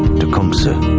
tecumseh,